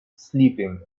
sleeping